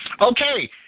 Okay